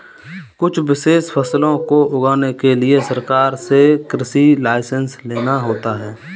कुछ विशेष फसलों को उगाने के लिए सरकार से कृषि लाइसेंस लेना होता है